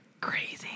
crazy